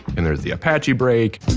and there's the apache break